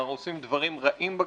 אנחנו עושים דברים רעים בכנסת,